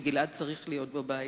וגלעד צריך להיות בבית.